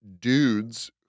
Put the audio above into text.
dudes